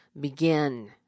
begin